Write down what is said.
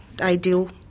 ideal